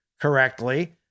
correctly